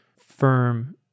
firm